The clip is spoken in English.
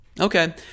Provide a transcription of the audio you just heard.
okay